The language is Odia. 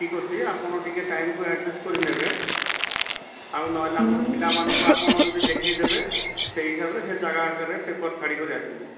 ଠିକଅଛି ଆପଣ ଟିକେ ଟାଇମକୁ ଆଡ଼ଜଷ୍ଟ କରିନେବେ ଆଉ ନହେଲେ ଆପଣ ପିଲାମାନଙ୍କୁ ଆପଣ ଦେଖେଇଦେବେ ସେହି ହିସାବରେ ସେ ଜାଗା ଆକାରରେ ପେପର୍ ଛାଡ଼ି କରି ଆସିବେ